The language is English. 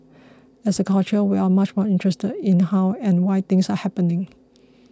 as a culture we are much more interested in how and why things are happening